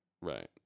Right